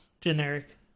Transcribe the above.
generic